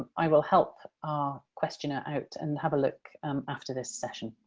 i will help our questioner out and have a look after this session.